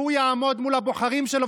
מה זה הדבר הזה?